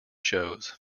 shows